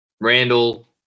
Randall